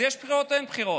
אז יש בחירות או אין בחירות?